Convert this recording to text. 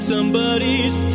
Somebody's